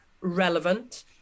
relevant